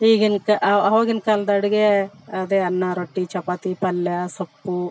ಈಗಿನ ಕ ಅವಾಗಿನ ಕಾಲ್ದ ಅಡಿಗೆ ಅದೇ ಅನ್ನ ರೊಟ್ಟಿ ಚಪಾತಿ ಪಲ್ಯ ಸೊಪ್ಪು